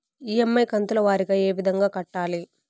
EMI కంతుల వారీగా ఏ విధంగా కట్టాలి